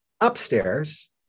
upstairs